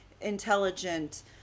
intelligent